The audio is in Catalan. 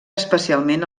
especialment